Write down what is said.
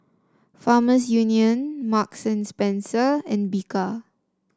Farmers Union Marks and Spencer and Bika